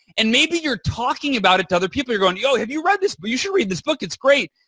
and maybe you're talking about it to other people. you're going, yo, have you read this? well, but you should read this book. it's great.